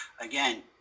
again